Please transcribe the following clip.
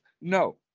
no